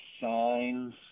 signs